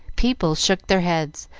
people shook their heads,